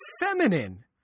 feminine